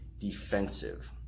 defensive